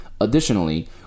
Additionally